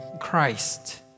Christ